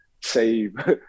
save